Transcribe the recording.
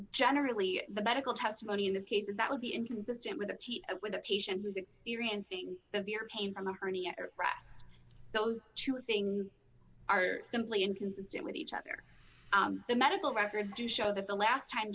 generally the medical testimony in this case that would be inconsistent with a team with a patient who's experiencing severe pain from a hernia perhaps those two things are simply inconsistent with each other the medical records do show that the last time